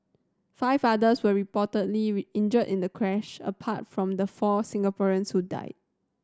five others were reportedly injured in the crash apart from the four Singaporeans who died